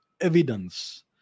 evidence